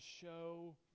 show